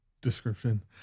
description